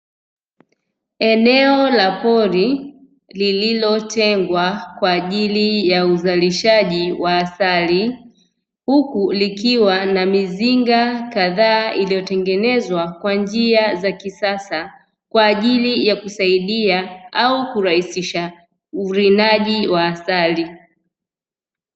Eneo la pori lililotengwa kwa ajili ya uzalishaji wa asali, huku likiwa na mizinga kadhaa iliyotengenezwa kwa njia za kisasa kwa ajili ya kusaidia au kurahisisha urinaji wa asali.